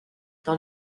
dans